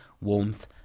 warmth